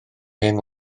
hen